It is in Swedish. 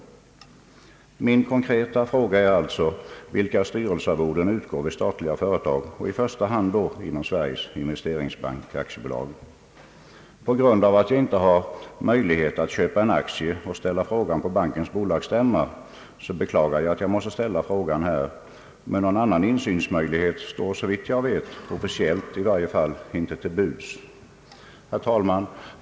Min konkreta fråga blir: Vilka styrelsearvoden utgår vid statliga företag och då i första hand inom Sveriges investeringsbank AB? Eftersom jag inte har möjlighet att köpa en aktie och ställa frågan på bankens bolagsstämma beklagar jag att jag måste ställa den här. Men någon annan insynsmöjlighet — officiellt i varje fall — står såvitt jag vet inte till buds. Herr talman!